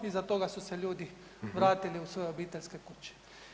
Iza toga su se ljudi vratili u svoje obiteljske kuće.